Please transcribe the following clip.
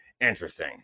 interesting